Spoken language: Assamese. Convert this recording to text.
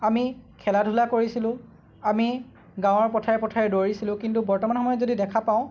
আমি খেলা ধূলা কৰিছিলোঁ আমি গাঁৱৰ পথাৰে পথাৰে দৌৰিছিলোঁ কিন্তু বৰ্তমান সময়ত যদি দেখা পাওঁ